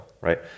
right